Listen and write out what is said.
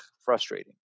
frustrating